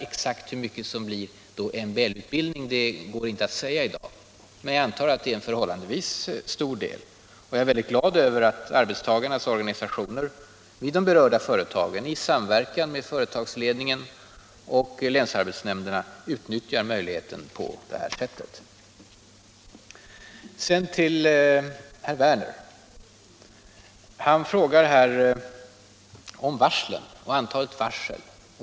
Exakt hur mycket som går till MBL-utbildning är inte möjligt att säga i dag. Men jag tror att det är en förhållandevis stor del. Jag är mycket glad över att arbetstagarnas organisationer i de berörda företagen i samverkan med företagsledningen och länsarbetsnämnderna utnyttjar möjligheten på det här sättet. Sedan till herr Werner. Han frågade om antalet varsel.